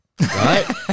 right